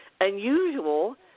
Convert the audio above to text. unusual